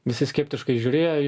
visi skeptiškai žiūrėjo į